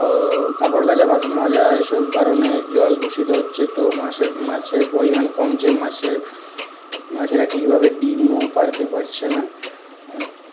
ও কাপড় কাচা বাসন মাজা এসব কারণে জল দূষিত হচ্ছে তো মাসের মাছের পরিমাণ কমছে মাছে মাছেরা ঠিকভাবে ডিমে পাড়তে পারছে না